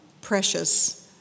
precious